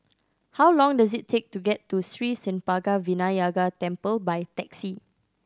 how long does it take to get to Sri Senpaga Vinayagar Temple by taxi